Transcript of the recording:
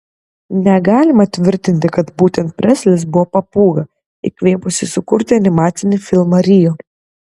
negalima tvirtinti kad būtent preslis buvo papūga įkvėpusi sukurti animacinį filmą rio